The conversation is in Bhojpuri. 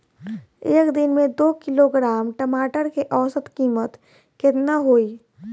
एक दिन में दो किलोग्राम टमाटर के औसत कीमत केतना होइ?